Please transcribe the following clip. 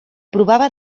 provava